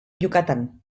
yucatán